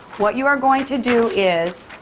what you are going to do is,